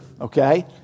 okay